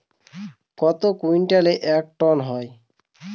কত কুইন্টালে এক টন হয়?